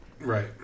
Right